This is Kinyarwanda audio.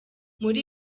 muri